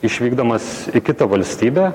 išvykdamas į kitą valstybę